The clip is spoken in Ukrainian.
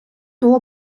було